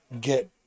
get